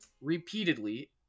repeatedly